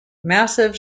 massive